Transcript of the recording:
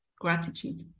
Gratitude